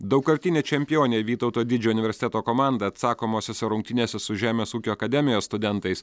daugkartinė čempionė vytauto didžiojo universiteto komanda atsakomosiose rungtynėse su žemės ūkio akademijos studentais